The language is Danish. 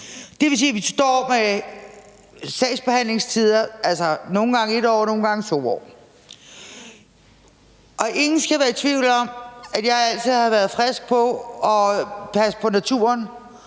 Det vil sige, at vi står med sagsbehandlingstider på nogle gange 1 år og nogle gange 2 år. Ingen skal være i tvivl om, at jeg altid har været frisk på at passe på naturen